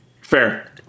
Fair